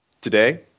Today